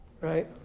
Right